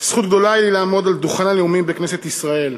זכות גדולה היא לעמוד על דוכן הנאומים בכנסת ישראל.